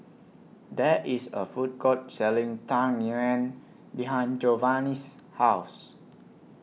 There IS A Food Court Selling Tang Yuen behind Jovanny's House